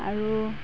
আৰু